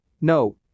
no